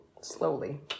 slowly